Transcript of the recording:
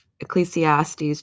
Ecclesiastes